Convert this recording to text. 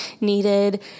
needed